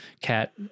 cat